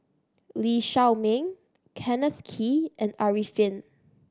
Lee Shao Meng Kenneth Kee and Arifin